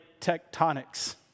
tectonics